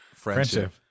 Friendship